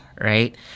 Right